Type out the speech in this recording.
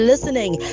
Listening